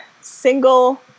single